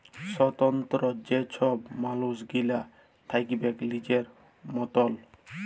স্বতলত্র যে ছব মালুস গিলা থ্যাকবেক লিজের মতল